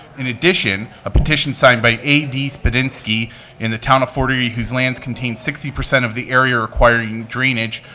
in addition, a petition signed by a b. spedinsky in the town of fortery, whose lands contained sixty percent of the area requiring drainage,